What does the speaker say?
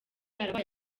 yarabaye